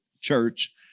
church